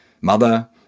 mother